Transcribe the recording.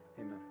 Amen